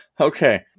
okay